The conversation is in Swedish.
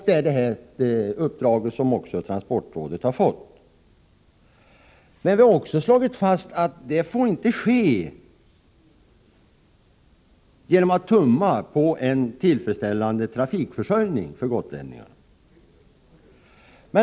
Det är det uppdraget som transportrådet också har fått. Men vi har också slagit fast att det inte får ske genom att vi tummar på en tillfredsställande trafikförsörjning för gotlänningarna.